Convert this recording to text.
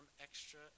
extra